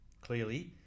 Clearly